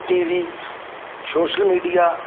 TV social media